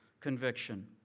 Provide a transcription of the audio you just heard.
conviction